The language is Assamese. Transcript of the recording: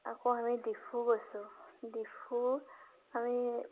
আকৌ আমি ডিফু গৈছোঁ ডিফু আমি